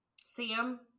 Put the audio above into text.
Sam